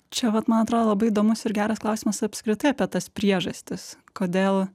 čia vat man atrodo labai įdomus ir geras klausimas apskritai apie tas priežastis kodėl